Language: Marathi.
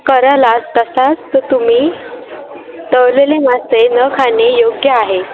कराल तसा तो तुम्ही तळलेले मासे न खाणे योग्य आहे